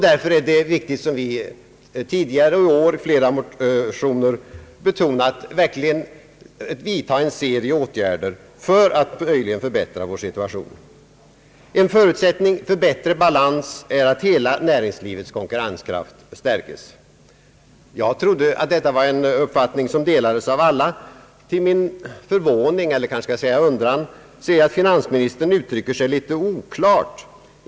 Därför är det viktigt, som vi tidigare och i år i flera motioner har betonat, att verkligen vidtaga en serie åtgärder för att möjligen förbättra vår situation. En förutsättning för bättre balans är att hela näringslivets konkurrenskraft stärkes. Jag trodde att detta var en uppfattning som delades av alla. Till min förvåning, eller jag kanske skall säga undran, ser jag att finansministern uttrycker sig litet oklart.